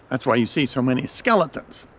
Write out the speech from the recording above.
that's why you see so many skeletons,